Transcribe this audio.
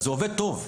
אז הוא עובד טוב.